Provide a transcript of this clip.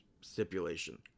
stipulation